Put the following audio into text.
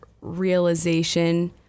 realization